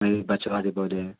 نہیں بچوا جو بولے ہیں